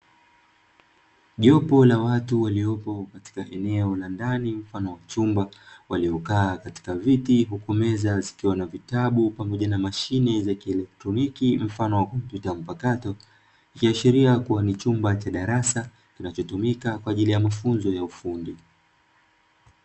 Jopo la watu waliopo katika eneo la ndani mfano wa chumba, waliokaa katika viti huku meza zikiwa na vitabu pamoja na mashine za kieletroniki mfano wa kompyuta mpakato, ikiashiria kuwa ni chumba cha darasa kinachotumika kwa ajili ya mafunzo ya ufundi.